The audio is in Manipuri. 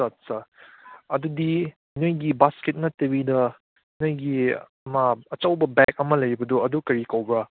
ꯑꯁꯁꯥ ꯑꯗꯨꯗꯤ ꯅꯈꯣꯏꯒꯤ ꯕꯥꯁꯀꯦꯠ ꯅꯠꯇꯕꯤꯗ ꯅꯈꯣꯏꯒꯤ ꯑꯃ ꯑꯆꯧꯕ ꯕꯦꯒ ꯑꯃ ꯂꯩꯕꯗꯨ ꯑꯗꯨ ꯀꯔꯤ ꯀꯧꯕ꯭ꯔꯥ